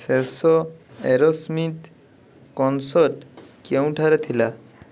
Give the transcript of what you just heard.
ଶେଷ Aerosmith concert କେଉଁଠାରେ ଥିଲା